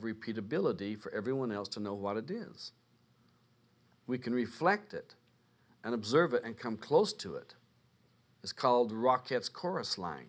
repeatability for everyone else to know what it is we can reflect it and observe it and come close to it it's called rockets chorus line